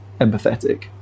empathetic